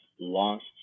Lost